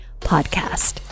Podcast